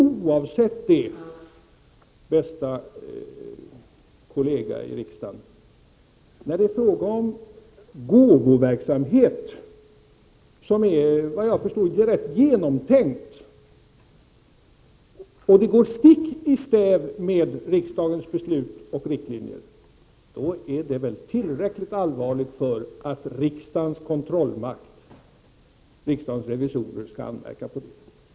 Oavsett det, bästa kollega i riksdagen, vill jag säga att när det är fråga om gåvoverksamhet som, såvitt jag kan förstå, är rätt genomtänkt och som går stick i stäv mot riksdagens beslut och riktlinjer, då är det väl tillräckligt allvarligt för att riksdagens kontrollmakt, riksdagens revisorer, skall anmärka på detta.